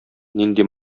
нинди